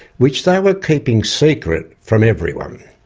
which they were keeping secret from everyone.